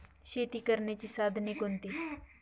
शेती करण्याची साधने कोणती?